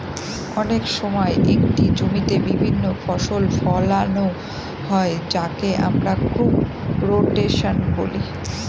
অনেক সময় একটি জমিতে বিভিন্ন ফসল ফোলানো হয় যাকে আমরা ক্রপ রোটেশন বলি